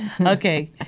Okay